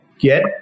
get